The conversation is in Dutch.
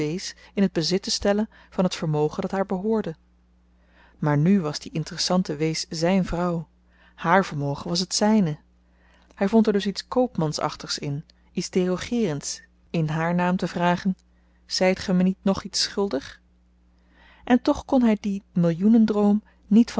in t bezit te stellen van het vermogen dat haar behoorde maar nu was die interessante wees zyn vrouw hààr vermogen was het zyne hy vond er dus iets koopmansachtigs in iets derogeerends in haar naam te vragen zyt ge my niet nog iets schuldig en toch kon hy dien millioenendroom niet